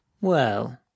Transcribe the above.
Well